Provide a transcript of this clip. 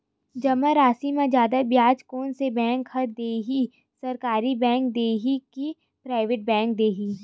जमा राशि म जादा ब्याज कोन से बैंक ह दे ही, सरकारी बैंक दे हि कि प्राइवेट बैंक देहि?